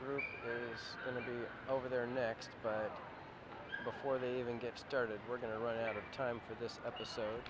rule over there next but before they even get started we're going to run out of time for this episode